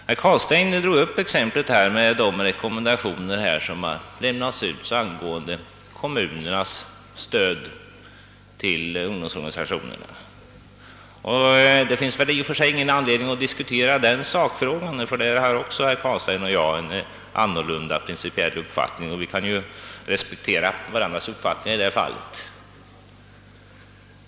Herr Carlstein drog upp exemplet med de rekommendationer som lämnats ut angående kommunernas stöd till ungdomsorganisationerna. Det finns ingen anledning att diskutera denna sakfråga, ty också därvidlag har herr Carlstein och jag skilda principiella uppfattningar och får väl respektera varandras åsikter i detta fall.